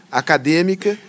acadêmica